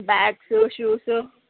bags shoes